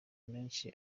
menshi